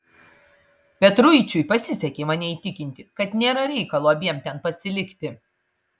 petruičiui pasisekė mane įtikinti kad nėra reikalo abiem ten pasilikti